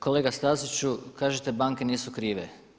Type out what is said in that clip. Kolega Staziću, kažete banke nisu krive.